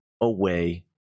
away